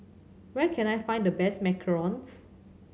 where can I find the best macarons